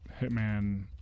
Hitman